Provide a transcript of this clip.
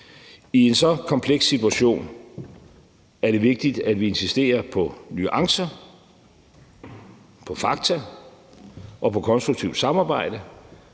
I en så kompleks situation er det vigtigt, at vi insisterer på nuancer, på fakta og på konstruktivt samarbejde.